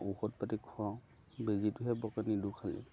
ঔষধ পাতি খোৱাওঁ বেজীটোহে বৰকৈ নিদিওঁ খালি